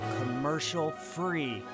commercial-free